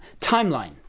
Timeline